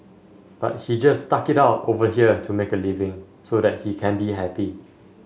but he just stuck it out over here to make a living so that he can be happy